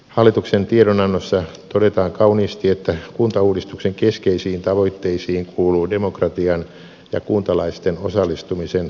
hallituksen tiedonannossa todetaan kauniisti että kuntauudistuksen keskeisiin tavoitteisiin kuuluu demokratian ja kuntalaisten osallistumisen vahvistaminen